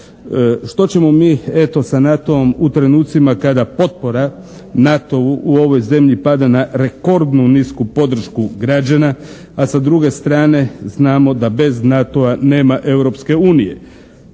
Što ćemo mi eto sa NATO-om u trenucima kada potpora NATO-u u ovoj zemlji pada na rekordnu nisku podršku građana. A sa druge strane znamo da bez NATO-a nema